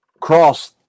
cross